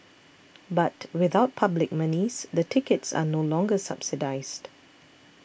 but without public monies the tickets are no longer subsidised